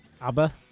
ABBA